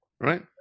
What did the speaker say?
Right